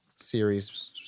series